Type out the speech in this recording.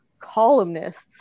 columnists